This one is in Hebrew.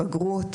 בגרות,